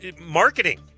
Marketing